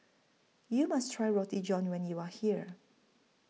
YOU must Try Roti John when YOU Are here